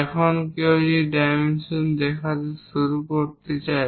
এখন যদি কেউ ডাইমেনশন দেখানো শুরু করতে চায়